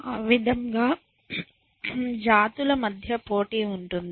ఆ విధంగా జాతుల మధ్య పోటీ ఉంటుంది